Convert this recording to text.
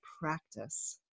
practice